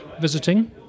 visiting